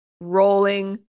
rolling